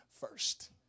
first